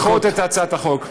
לדחות את הצעת החוק.